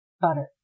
Butter